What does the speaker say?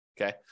okay